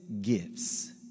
gifts